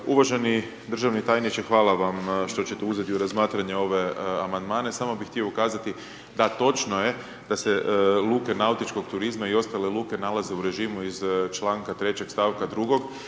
Uvaženi državni tajniče, hvala vam što ćete uzeti u razmatranje ove Amandmane. Samo bih htio ukazati, da, točno je da se luke nautičkog turizma i ostale luke nalaze u režimu iz čl. 3. st. 2.